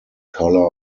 color